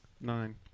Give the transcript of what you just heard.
Nine